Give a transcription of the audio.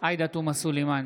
עאידה תומא סלימאן,